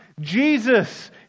Jesus